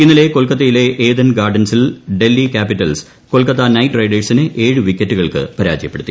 ഇന്നലെ കൊൽക്കത്തയിലെ ഏദൻ ഗാർഡൻസിൽ Delhi capitals Kolkata knight knight റൈഡേഴ്സിന്റെ ഏഴ് വിക്കറ്റുകൾക്ക് പ രാജയപ്പെടുത്തി